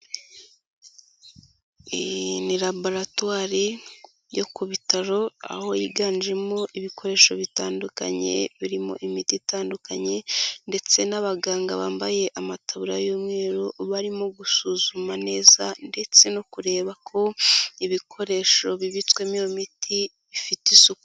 Iyi ni laboratwari yo ku bitaro aho yiganjemo ibikoresho bitandukanye birimo imiti itandukanye ndetse n'abaganga bambaye amatabura y'umweru barimo gusuzuma neza ndetse no kureba ko ibikoresho bibitswemo iyo miti bifite isuku.